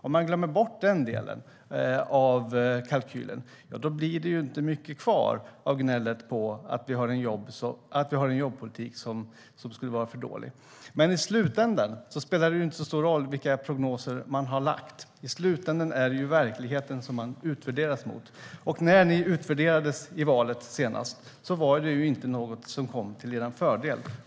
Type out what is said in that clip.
Om man inte glömmer bort den delen av kalkylen blir det inte mycket kvar av gnället om att vi har en jobbpolitik som skulle vara för dålig. I slutänden spelar det inte så stor roll vilka prognoser man har gjort. I slutänden är det verkligheten som man utvärderas mot. När ni utvärderades i valet senast var det inte något som var till er fördel.